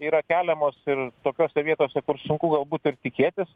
yra keliamos ir tokiose vietose kur sunku galbūt ir tikėtis